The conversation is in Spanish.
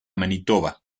manitoba